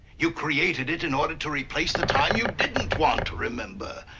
you created it in order to replace the time you didn't want to remember.